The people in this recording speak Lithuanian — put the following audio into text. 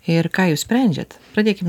ir ką jūs sprendžiat pradėkim